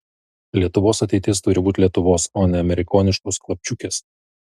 lietuvos ateitis turi būti lietuvos o ne amerikoniškos klapčiukės